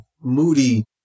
moody